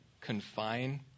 confine